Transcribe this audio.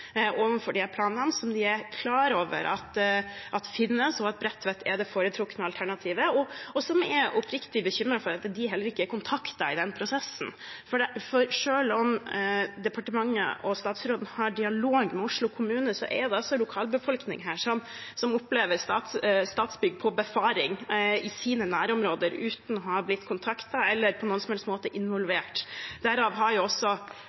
overfor disse planene, som de er klar over finnes. De er også klar over at Bredtvet er det foretrukne alternativet, men de er oppriktig bekymret over at de ikke har blitt kontaktet i denne prosessen. Selv om departementet og statsråden har dialog med Oslo kommune, er det en lokalbefolkning her som opplever Statsbygg på befaring i sine nærområder, uten å ha blitt kontaktet eller på noen som helst måte blitt involvert. Derfor har også